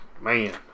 Man